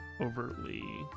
overtly